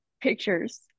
Pictures